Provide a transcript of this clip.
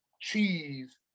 cheese